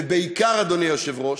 ובעיקר, אדוני היושב-ראש,